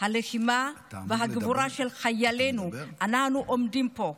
הלחימה והגבורה של חיילינו, אנחנו עומדים פה.